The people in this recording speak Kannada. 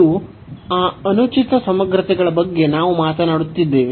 ಅದು ಈ ಅನುಚಿತ ಸಮಗ್ರತೆಗಳ ಬಗ್ಗೆ ನಾವು ಮಾತನಾಡುತ್ತಿದ್ದೇವೆ